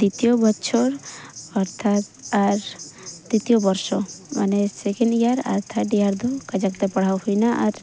ᱫᱤᱛᱤᱭᱚ ᱵᱚᱪᱷᱚᱨ ᱚᱨᱛᱷᱟᱛ ᱟᱨ ᱛᱨᱤᱛᱤᱭᱚ ᱵᱚᱨᱥᱚ ᱢᱟᱱᱮ ᱥᱮᱠᱮᱱᱰ ᱤᱭᱟᱨ ᱟᱨ ᱛᱷᱟᱨᱰ ᱤᱭᱟᱨ ᱫᱚ ᱠᱟᱡᱟᱠ ᱛᱮ ᱯᱟᱲᱦᱟᱣ ᱦᱩᱭᱱᱟ ᱟᱨ